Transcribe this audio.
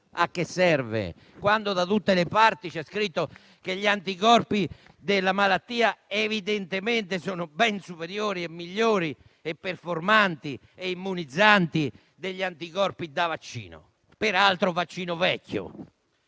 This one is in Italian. A che serve, quando da tutte le parti c'è scritto che gli anticorpi che derivano dalla malattia evidentemente sono ben superiori, migliori, performanti e immunizzanti degli anticorpi da vaccino (peraltro vaccino vecchio)?